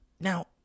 Now